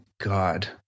god